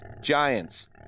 Giants